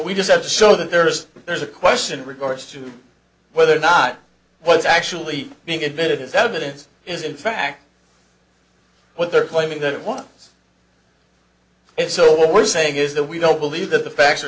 we just have to show that there's there's a question in regards to whether or not what's actually being admitted is that evidence is in fact what they're claiming that it wants and so what we're saying is that we don't believe that the facts